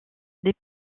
des